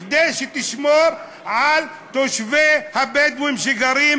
כדי לשמור על הבנייה הבלתי-חוקית ועל הבדואים מדרום